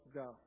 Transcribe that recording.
go